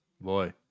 Boy